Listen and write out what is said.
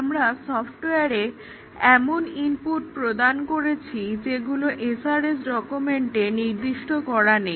আমরা সফটওয়্যারকে এমন ইনপুট প্রদান করেছি যেগুলো SRS ডকুমেন্টে নির্দিষ্ট করা নেই